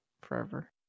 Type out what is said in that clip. forever